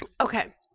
Okay